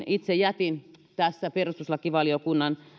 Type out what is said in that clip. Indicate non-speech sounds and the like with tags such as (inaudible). (unintelligible) itse jätin perustuslakivaliokunnan